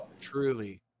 Truly